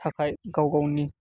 थाखाय गाव गावनि